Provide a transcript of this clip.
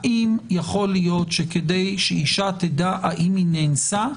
האם יכול להיות שכדי שאישה תדע האם היא נאנסה,